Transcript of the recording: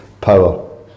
power